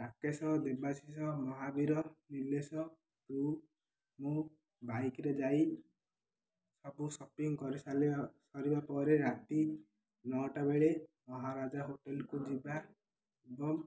ରାକେଶ ଦେବାଶିଷ ମହାବୀର ନିଲେଶରୁ ମୁଁ ବାଇକ୍ରେ ଯାଇ ସବୁ ସପିଂ କରି ସରିବା ପରେ ରାତି ନଅଟା ବେଳେ ମହାରାଜା ହୋଟେଲକୁ ଯିବା ଏବଂ